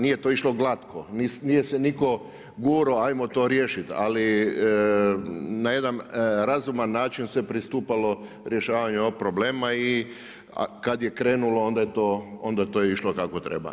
Nije to išlo glatko, nije se nitko gurao ajmo to riješiti, ali na jedan razuman način se pristupalo rješavanju ovog problema i kada je krenulo onda je to išlo kako treba.